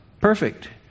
perfect